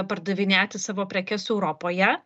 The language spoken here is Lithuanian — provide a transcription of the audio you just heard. pardavinėti savo prekes europoje